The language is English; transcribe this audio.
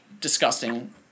disgusting